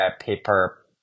paper